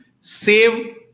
save